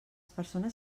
persones